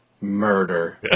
murder